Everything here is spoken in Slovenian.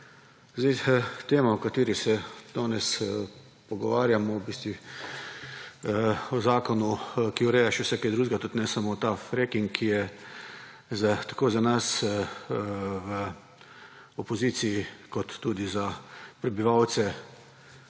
Zdaj, tema, o kateri se danes pogovarjamo, v bistvu, o zakonu, ki ureja še vse kaj drugega, tudi ne samo ta freking, ki je tako za nas v opoziciji, kot tudi za prebivalce,